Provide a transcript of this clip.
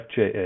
FJA